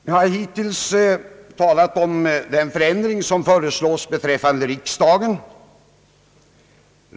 Jag har hittills talat om den förändring som föreslås beträffande riksdagen.